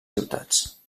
ciutats